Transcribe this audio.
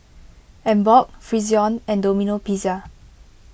Emborg Frixion and Domino Pizza